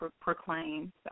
proclaim